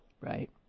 Right